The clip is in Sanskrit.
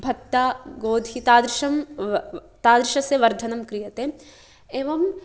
भत्त गोधि तादृशं तादृशस्य वर्धनं क्रियते एवम्